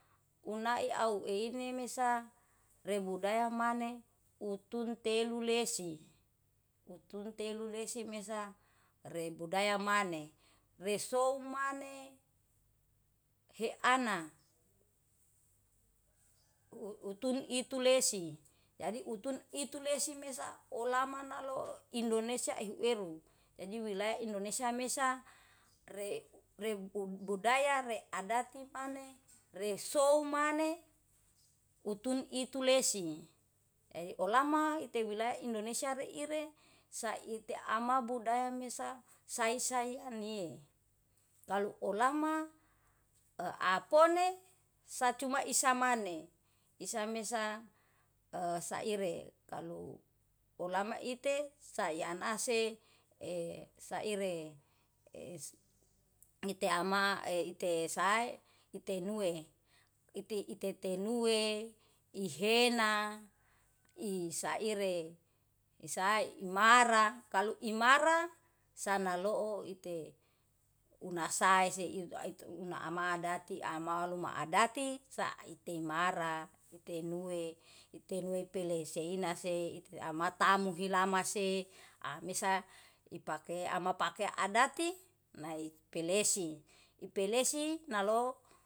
Unai au eine mesa rebudaya maneh utun telu lesi, utun telu lesi mesa rebudaya maneh. Resou maneh heana, uutun itu lesi, jadi utun itu lesi mesa olama naloo indonesia ihueru. Jadi wilayah indonesia mesa reu budaya readati maneh resou maneh utun itu lesi. Jadi olama ite wilayah indonesi reire saite ama budaya mesa saisai yanie, kalo olama e apone sacuma isa maneh. Isa mesa e saire, kalu olama ite sayanase e saire e mite ama e ite sae ite nue ite tetenue, ihena, isaire imara kalu imara sanaloo ite unasae seititu una ama dati ama luma adati saite marah. Ite nue ite nue pele sei nase ite amata tamu hilama se amesa ipake ama pake adati nai pelesi, ipelesi nalou.